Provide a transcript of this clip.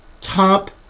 top